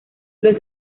los